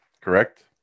correct